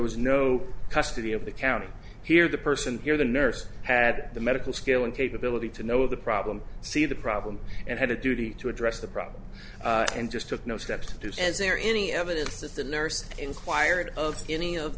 was no custody of the county here the person here the nurse had the medical skill and capability to know the problem see the problem and had a duty to address the problem and just took no steps to do so is there any evidence that the nurse inquired of of any